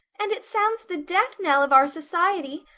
and it sounds the death knell of our society.